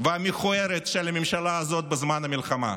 והמכוערת של הממשלה הזאת בזמן המלחמה,